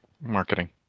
marketing